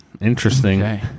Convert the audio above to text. Interesting